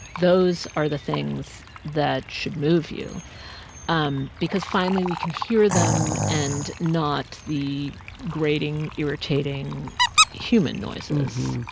those are the things that should move you um because finally, we can hear them and not the grating, irritating human noises.